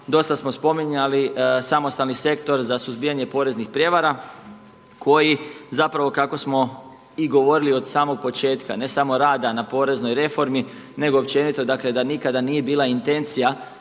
dosta smo spominjali samostalni sektor za suzbijanje poreznih prijevara koji zapravo kako smo i govorili od samog početka, ne samo rada na poreznoj reformi nego općenito dakle da nikada nije bila intencija